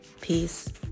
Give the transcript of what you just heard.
Peace